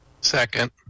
Second